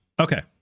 Okay